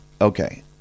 okay